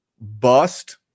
bust